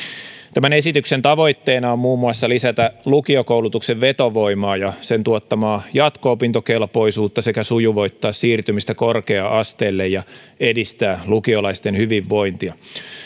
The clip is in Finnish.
tämän esityksen tavoitteena on muun muassa lisätä lukiokoulutuksen vetovoimaa ja sen tuottamaa jatko opintokelpoisuutta sekä sujuvoittaa siirtymistä korkea asteelle ja edistää lukiolaisten hyvinvointia